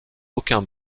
aucun